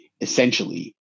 essentially